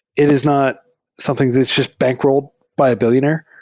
it is not something that's jus bankrolled by a billionaire.